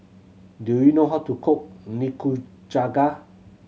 do you know how to cook Nikujaga